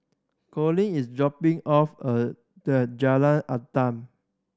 Collis is dropping off at the Jalan Adat